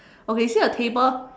okay see the table